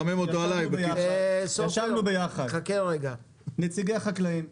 ישבנו ביחד, נציגי החקלאים,